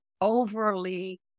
overly